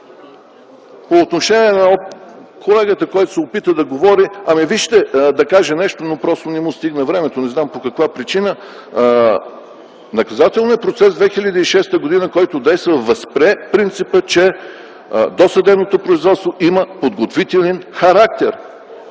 По отношение на колегата, който се опита да каже нещо, но просто не му стигна времето – не знам по каква причина. Наказателният процес 2006 г., който действа, възприе принципа, че досъдебното производство има подготвителен характер.